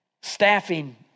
Staffing